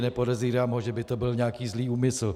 Nepodezírám ho, že by to byl nějaký zlý úmysl.